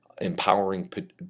empowering